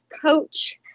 Coach